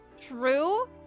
True